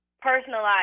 Personalized